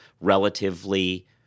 relatively